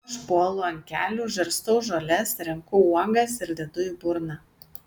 aš puolu ant kelių žarstau žoles renku uogas ir dedu į burną